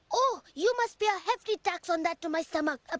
oh, you must pay a hefty tax on that to my stomach, ah